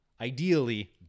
ideally